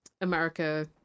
America